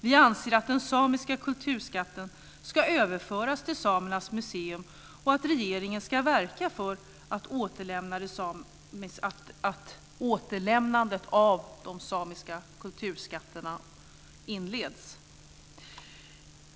Vi anser att den samiska kulturskatten ska överföras till samernas museum och att regeringen ska verka för att återlämnandet av de samiska kulturskatterna inleds.